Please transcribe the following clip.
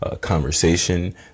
conversation